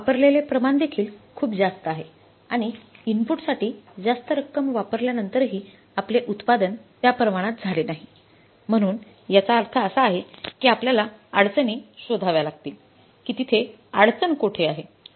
वापरलेले प्रमाण देखील खूप जास्त आहे आणि इनपुटसाठी जास्त रक्कम वापरल्यानंतरही आपले उत्पादन त्या प्रमाणात झाले नाही म्हणून याचा अर्थ असा आहे की आपल्याला अडचणी शोधाव्या लागतील की तिथे अडचण कोठे आहे